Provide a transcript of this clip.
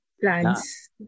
plans